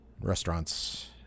Restaurants